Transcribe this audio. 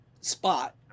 spot